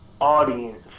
audience